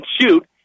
shoot